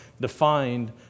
defined